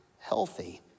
Healthy